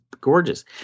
gorgeous